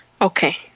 Okay